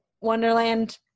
Wonderland